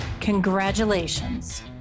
Congratulations